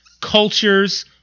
cultures